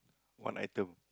one item